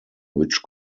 which